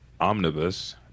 Omnibus